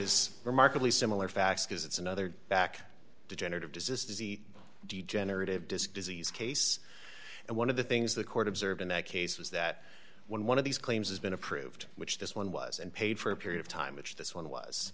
is remarkably similar facts because it's another back degenerative disease disease degenerative disk disease case and one of the things the court observed in that case was that when one of these claims has been approved which this one was and paid for a period of time which this one was